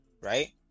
right